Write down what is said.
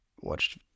watched